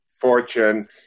fortune